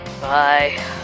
Bye